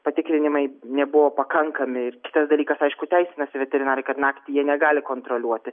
patikrinimai nebuvo pakankami ir kitas dalykas aišku teisinasi veterinarai kad naktį jie negali kontroliuoti